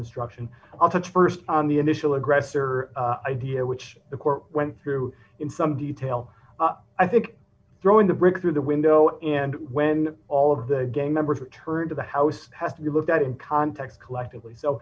instruction i'll touch st on the initial aggressor idea which the court went through in some detail i think throwing the brick through the window and when all of the gang members return to the house has to be looked at in context collectively so